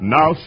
Now